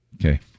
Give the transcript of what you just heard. Okay